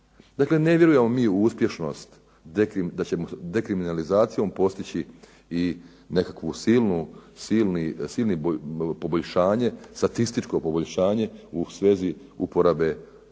Dakle, ne vjerujemo mi u uspješnost, da ćemo sa dekriminalizacijom postići i nekakvu silno poboljšanje, statističko poboljšanje u svezi uporabe lakih,